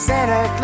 Santa